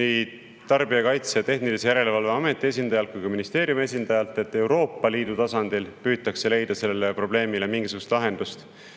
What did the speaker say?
nii Tarbijakaitse ja Tehnilise Järelevalve Ameti esindajalt kui ka ministeeriumi esindajalt, et Euroopa Liidu tasandil püütakse leida sellele probleemile mingisugust lahendust.